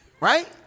Right